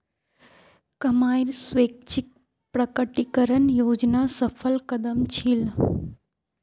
कमाईर स्वैच्छिक प्रकटीकरण योजना सफल कदम छील